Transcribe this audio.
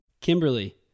Kimberly